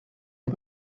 les